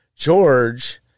George